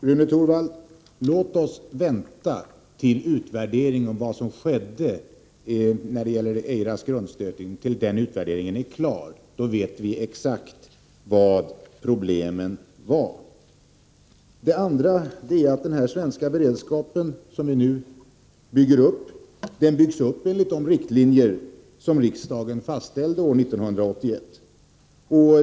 Herr talman! Låt oss vänta till dess att utvärderingen om vad som skedde vid Eiras grundstötning är klar, Rune Torwald. Då kommer vi att få veta vilka problemen var. Den svenska beredskap som vi nu bygger upp, byggs upp enligt de riktlinjer som riksdagen fastställde år 1981.